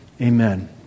Amen